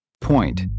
Point